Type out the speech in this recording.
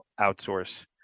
outsource